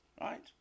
right